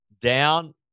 down